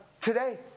Today